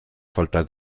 falta